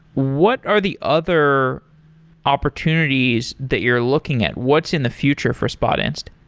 what are the other opportunities that you're looking at? what's in the future for spotinst?